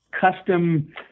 custom